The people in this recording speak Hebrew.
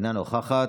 אינה נוכחת,